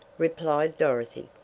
replied dorothy.